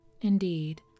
Indeed